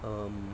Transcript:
um